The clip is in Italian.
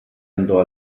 andò